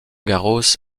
garros